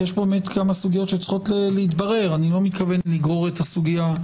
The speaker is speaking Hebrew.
כאלה שקוראים לזה "הפזורה" לא בדיוק ברור לי המושג הזה,